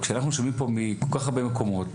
כשאנחנו שומעים פה מכל כך הרבה מקומות,